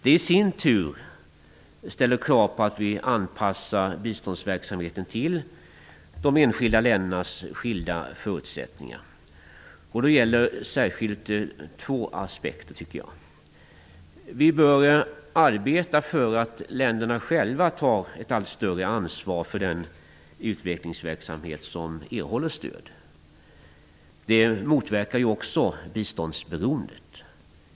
Det ställer i sin tur krav på att vi anpassar biståndsverksamheten till de enskilda ländernas skilda förutsättningar. Man bör då särskilt beakta två aspekter. Vi bör arbeta för att länderna själva skall ta ett allt större ansvar för den utvecklingsverksamhet som erhåller stöd. Det motverkar biståndsberoendet.